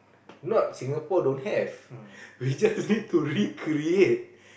not Singapore don't have we just need to recreate